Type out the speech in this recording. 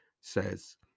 says